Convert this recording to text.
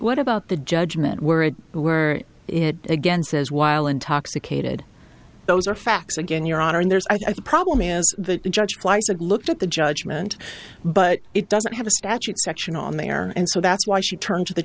about the judgment where it who were it again says while intoxicated those are facts again your honor and there's i problem is that the judge looked at the judgment but it doesn't have a statute section on there and so that's why she turned to the